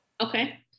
Okay